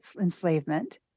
enslavement